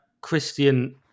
Christian